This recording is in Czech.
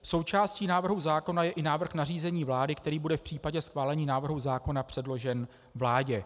Součástí návrhu zákona je i návrh nařízení vlády, který bude v případě schválení návrhu zákona předložen vládě.